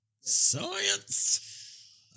Science